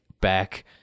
back